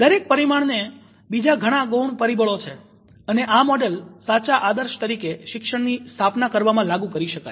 દરેક પરિમાણને બીજા ઘણા ગૌણ પરીબળો છે અને આ મોડેલ સાચા આદર્શ તરીકે શિક્ષણની સ્થાપના કરવામાં લાગુ કરી શકાય